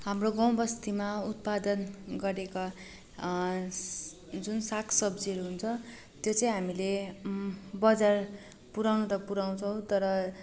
हाम्रो गाउँ बस्तीमा उत्पादन गरेका जुन साग सब्जीहरू हुन्छ त्यो चाहिँ हामीले बजार पुऱ्याउनु त पुऱ्याउँछौँ तर